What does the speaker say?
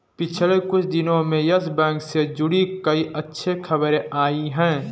पिछले कुछ दिनो में यस बैंक से जुड़ी कई अच्छी खबरें आई हैं